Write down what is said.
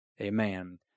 amen